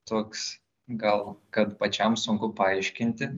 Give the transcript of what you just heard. toks gal kad pačiam sunku paaiškinti